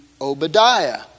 Obadiah